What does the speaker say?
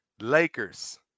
Lakers